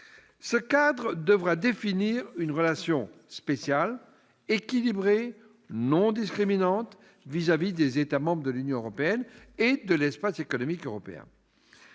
Ce cadre devra définir une « relation spéciale », équilibrée, non discriminante vis-à-vis des États membres de l'Union européenne et de l'Espace économique européen,